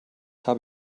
habe